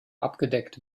abgedeckt